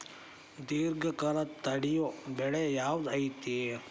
ದೇರ್ಘಕಾಲ ತಡಿಯೋ ಬೆಳೆ ಯಾವ್ದು ಐತಿ?